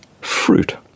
fruit